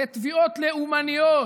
לתביעות לאומניות.